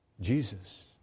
Jesus